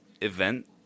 event